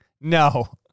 No